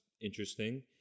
interesting